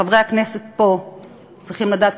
חברי הכנסת פה צריכים לדעת,